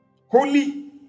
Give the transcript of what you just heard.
Holy